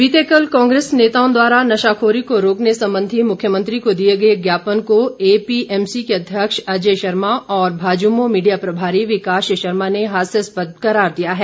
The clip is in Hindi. पलटवार बीते कल कांग्रेसी नेताओं द्वारा नशाखोरी को रोकने संबंधी मुख्यमंत्री को दिए गए ज्ञापन को ए पीएमसी के अध्यक्ष अजय शर्मा और भाजयुमो मीडिया प्रभारी विकास शर्मा ने हास्यास्पद करार दिया है